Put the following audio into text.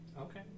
okay